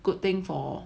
good thing for